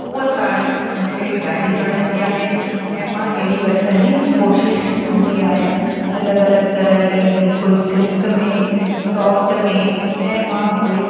उहा साड़ी मूंखे ॾाढी वणंदी आहे ऐं मां अहिड़ी वठण जी कोशिश कंदी आहियां अलॻि अलॻि तरह जी बिल्कुलु सिल्क में सॉफ्ट में ऐं मां उहे